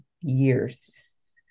years